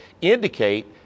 indicate